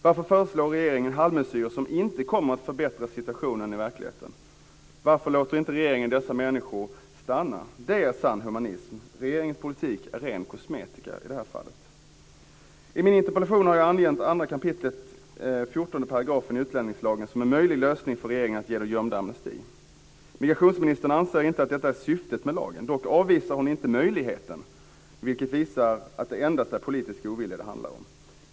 Varför föreslår regeringen halvmesyrer som inte kommer att förbättra situationen i verkligheten? Varför låter inte regeringen dessa människor stanna? Det är sann humanism. Regeringens politik är ren kosmetika i det här fallet. I min interpellation har jag angett 2 kap. 14 § i utlänningslagen som en möjlig lösning för regeringen att ge de gömda amnesti. Migrationsministern anser inte att detta är syftet med lagen. Dock avvisar hon inte möjligheten, vilket visar att det endast är politisk ovilja det handlar om.